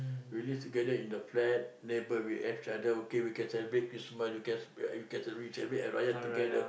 we live together in the flat neighbour we have each other we can celebrate Christmas we can celebrate Hari Raya together